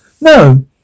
No